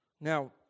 Now